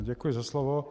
Děkuji za slovo.